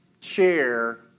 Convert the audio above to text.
chair